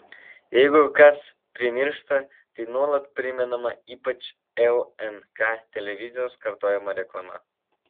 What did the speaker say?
jeigu kas primiršta tai nuolat primenama ypač lnk televizijos kartojama reklama